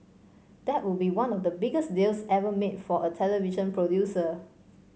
that would be one of the biggest deals ever made for a television producer